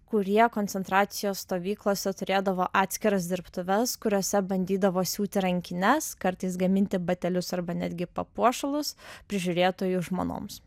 kurie koncentracijos stovyklose turėdavo atskiras dirbtuves kuriose bandydavo siūti rankines kartais gaminti batelius arba netgi papuošalus prižiūrėtojų žmonoms